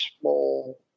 small